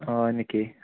অ হয় নেকি